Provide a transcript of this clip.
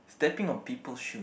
stepping on people shoe